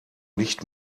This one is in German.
nicht